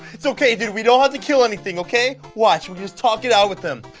it's okay, dude, we don't have to kill anything, okay? watch, we'll just talk it out with him.